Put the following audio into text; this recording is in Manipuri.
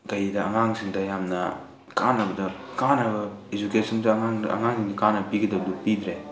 ꯀꯔꯤꯗ ꯑꯉꯥꯡꯁꯤꯡꯗ ꯌꯥꯝꯅ ꯀꯥꯟꯅꯕꯗ ꯀꯥꯟꯅꯕ ꯏꯖꯨꯀꯦꯁꯟꯁꯦ ꯑꯉꯥꯡꯗ ꯀꯥꯟꯅꯕ ꯄꯤꯒꯗꯕꯗꯨ ꯄꯤꯗ꯭ꯔꯦ